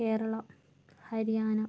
Kerala Haryana